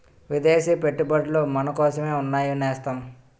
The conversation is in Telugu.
విదేశీ పెట్టుబడులు మనకోసమే ఉన్నాయి నేస్తం